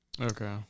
Okay